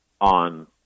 on